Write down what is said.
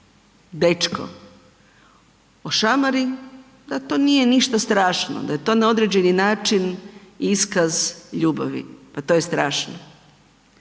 dečko ošamari da to nije ništa strašno, da je to na određeni način iskaz ljubavi, pa to je strašno,